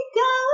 go